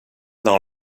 dans